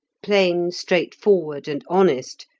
plain, straightforward, and honest,